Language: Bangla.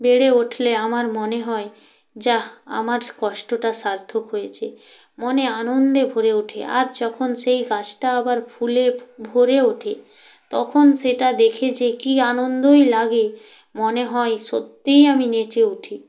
বেড়ে উঠলে আমার মনে হয় যাহ্ আমার কষ্টটা সার্থক হয়েছে মনে আনন্দে ভরে ওঠে আর যখন সেই গাছটা আবার ফুলে ভরে ওঠে তখন সেটা দেখে যে কী আনন্দই লাগে মনে হয় সত্যিই আমি নেচে উঠি